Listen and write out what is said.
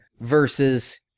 versus